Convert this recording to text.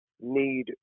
need